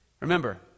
Remember